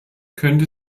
könnte